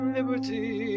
liberty